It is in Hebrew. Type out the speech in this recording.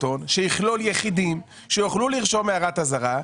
הון שיכלול יחידים שיוכלו לרשום הערת אזהרה.